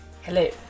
Hello